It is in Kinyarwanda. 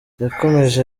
yakomeje